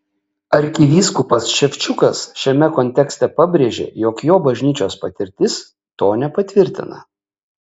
arkivyskupas ševčukas šiame kontekste pabrėžė jog jo bažnyčios patirtis to nepatvirtina